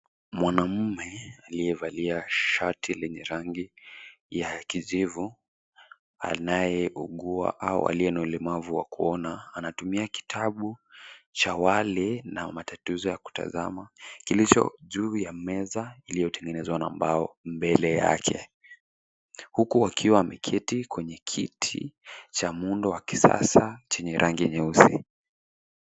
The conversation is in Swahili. Mwanamume aliyevalia shati lenye rangi ya kijivu, anayeugua au aliye na ulemavu wa kuona, anatumia kitabu cha wale na matatizo ya kutazama, kilicho juu ya meza iliyotengenezwa na mbao mbele yake. Huku akiwa ameketi kwenye kiti cha muundo wa kisasa chenye rangi nyeusi .